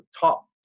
top